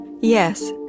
yes